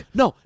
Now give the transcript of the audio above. no